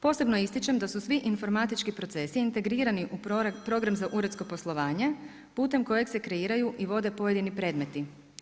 Posebno ističem da su svi informatički procesi integrirani u program za uredsko poslovanje putem kojeg se kreiraju i vode pojedini predmeti.